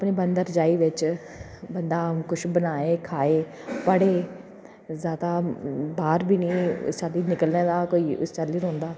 अपने बंदा रजाई बिच बंदा किश बनाऽ खाऽ पढ़ै ते जैदा बाह्र बी चा निकलने दा कोई असर निं रौंह्दा